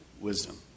wisdom